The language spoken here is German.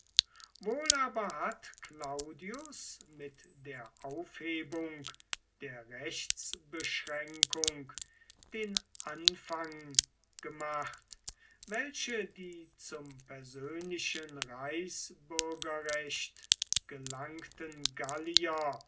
wohl aber hat claudius mit der aufhebung der rechtsbeschränkung den anfang gemacht welche die zum persönlichen reichsbürgerrecht gelangten gallier